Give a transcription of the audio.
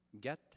get